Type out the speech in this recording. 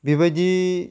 बिबायदि